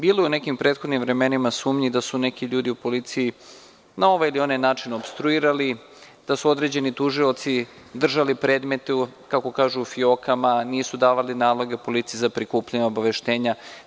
Bilo je u nekim prethodnim vremenima sumnje da su neki ljudi u policiji na ovaj ili onaj način opstruirali, da su određeni tužioci držali predmete, kako kažu u fiokama, nisu davali naloge policiji za prikupljanje obaveštenja.